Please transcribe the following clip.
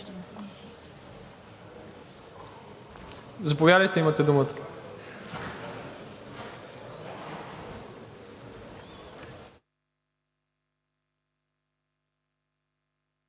заповядайте, имате думата.